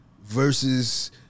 versus